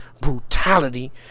brutality